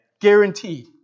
guaranteed